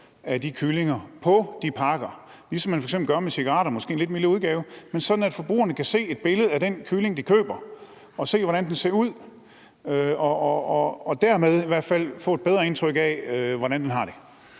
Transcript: af de kyllinger på pakkerne, ligesom man f.eks. gør med cigaretter, men måske i en lidt mildere udgave, men sådan at forbrugerne kan se et billede af den kylling, de køber, og se, hvordan den ser ud, og dermed måske få et bedre indtryk af, hvordan den har det?